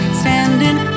standing